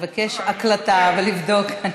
לבקש הקלטה ולבדוק.